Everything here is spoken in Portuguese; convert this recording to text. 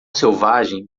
selvagem